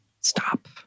stop